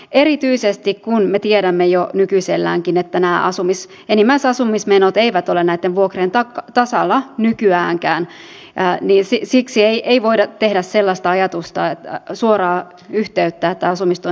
erityisesti kun me tiedämme jo nykyiselläänkin että nämä enimmäisasumismenot eivät ole näitten vuokrien tasalla nykyäänkään ei voida tehdä sellaista suoraa yhteyttä että asumistuen nosto niitä nostaisi